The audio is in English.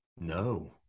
No